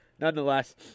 nonetheless